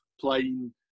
playing